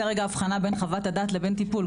בואו נעשה רגע הבחנה בין חוות הדעת לבין טיפול.